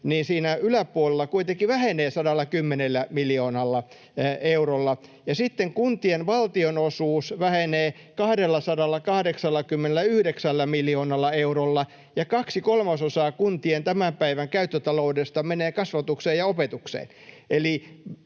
jossa kasvua on, kuitenkin vähennetään 110 miljoonalla eurolla. Ja sitten kuntien valtionosuus vähenee 289 miljoonalla eurolla, ja kaksi kolmasosaa kuntien tämän päivän käyttötaloudesta menee kasvatukseen ja opetukseen.